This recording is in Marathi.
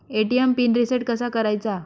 ए.टी.एम पिन रिसेट कसा करायचा?